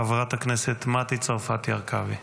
חברת הכנסת מטי צרפתי הרכבי.